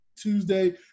Tuesday